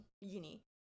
uni